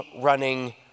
running